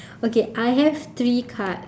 okay I have three card